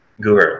guru